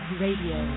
radio